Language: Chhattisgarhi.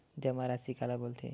जमा राशि काला बोलथे?